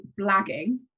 blagging